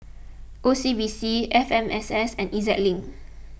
O C B C F M S S and E Z Link